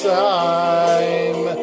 time